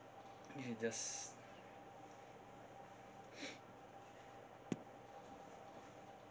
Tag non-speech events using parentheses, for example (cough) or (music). this is just (breath)